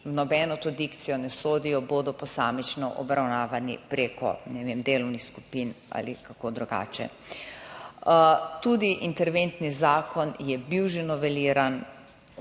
v nobeno to dikcijo ne sodijo, bodo posamično obravnavani preko, ne vem, delovnih skupin ali kako drugače. Tudi interventni zakon je bil že noveliran,